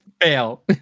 Fail